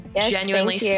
genuinely